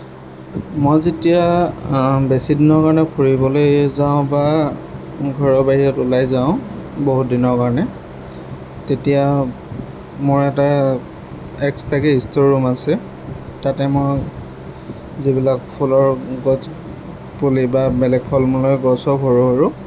মই যেতিয়া বেছি দিনৰ কাৰণে ফুৰিবলৈ যাওঁ বা ঘৰৰ বাহিৰত ওলাই যাওঁ বহুত দিনৰ কাৰণে তেতিয়া মোৰ এটা এক্সট্ৰাকৈ ষ্ট'ৰ ৰুম আছে তাতে মোৰ যিবিলাক ফুলৰ গছ পুলি বা বেলেগ ফল মূলৰ গছ হওক সৰু সৰু